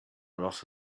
lot